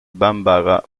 bambara